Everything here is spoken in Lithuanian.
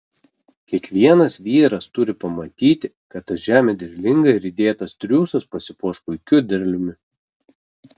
kiekvienas vyras turi pamatyti kad ta žemė derlinga ir įdėtas triūsas pasipuoš puikiu derliumi